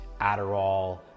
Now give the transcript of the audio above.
Adderall